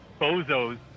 bozos